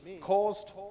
caused